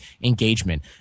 engagement